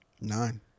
Nine